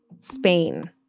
Spain